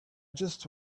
just